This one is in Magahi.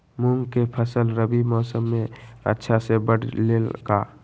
मूंग के फसल रबी मौसम में अच्छा से बढ़ ले का?